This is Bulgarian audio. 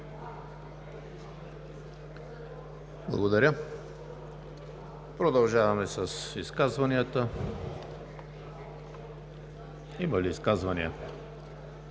ХРИСТОВ: Продължаваме с изказванията. Има ли изказвания?